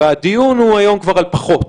והדיון הוא היום כבר על פחות.